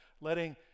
letting